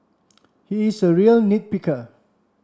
he is a real nit picker